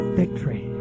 victory